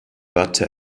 watte